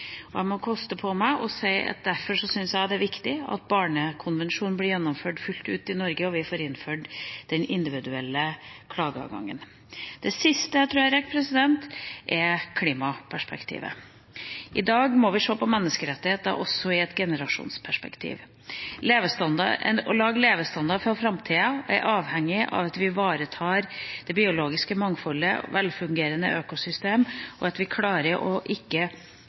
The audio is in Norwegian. Og jeg må koste på meg å si at derfor syns jeg det også er viktig at Barnekonvensjonen blir gjennomført fullt ut i Norge, og at vi får innført den individuelle klageadgangen. Det siste jeg tror jeg rekker, er klimaperspektivet. I dag må vi også se på menneskerettighetene i et generasjonsperspektiv. Å lage en levestandard for framtida er avhengig av at vi ivaretar det biologiske mangfoldet og velfungerende økosystemer, og at vi klarer å ikke